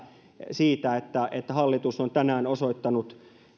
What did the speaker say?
siitä että hallitus on tänään osoittanut